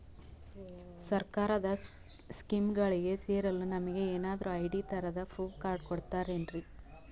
ಸರ್ಕಾರದ ಸ್ಕೀಮ್ಗಳಿಗೆ ಸೇರಲು ನಮಗೆ ಏನಾದ್ರು ಐ.ಡಿ ತರಹದ ಪ್ರೂಫ್ ಕಾರ್ಡ್ ಕೊಡುತ್ತಾರೆನ್ರಿ?